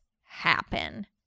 happen